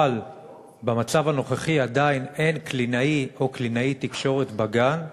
אבל במצב הנוכחי עדיין אין קלינאי או קלינאית תקשורת בגן,